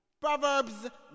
Proverbs